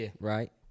right